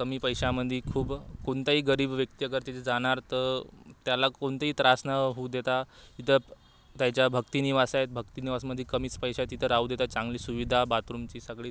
कमी पैशामध्ये खूप कोणताही गरीब व्यक्ती अगर तिथे जाणार तर त्याला कोणतेही त्रास न होऊ देता इथं त्याच्या भक्तिनिवास आहेत भक्तिनिवासमध्ये कमीच पैशात तिथं राहू देता चांगली सुविधा बाथरूमची सगळी